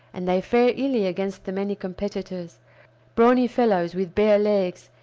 and they fare illy against the many competitors brawny fellows with bare legs,